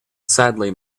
sadly